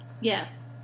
Yes